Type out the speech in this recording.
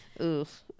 Oof